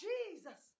Jesus